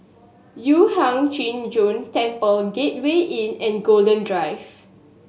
Yu Huang Zhi Zun Temple Gateway Inn and Golden Drive